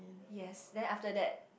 yes then after that